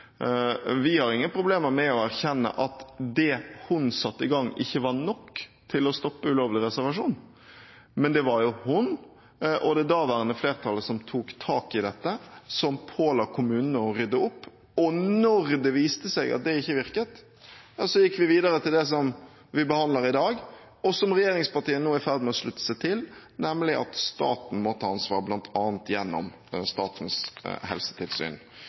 Vi har ingen problemer med å erkjenne at det hun satte i gang, ikke var nok til å stoppe ulovlig reservasjon, men det var hun, og det daværende flertallet, som tok tak i dette, og som påla kommunene å rydde opp, og når det viste seg at det ikke virket, gikk vi videre til det som vi behandler i dag, og som regjeringspartiene nå er i ferd med å slutte seg til, nemlig at staten må ta ansvar, bl.a. gjennom Statens helsetilsyn.